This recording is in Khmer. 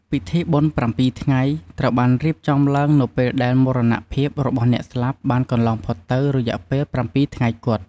ពិធីបុណ្យប្រាំពីរថ្ងៃ ត្រូវបានរៀបចំឡើងនៅពេលដែលមរណភាពរបស់អ្នកស្លាប់បានកន្លងផុតទៅ រយៈពេលប្រាំពីរថ្ងៃគត់។